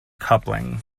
coupling